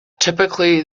typically